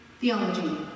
Theology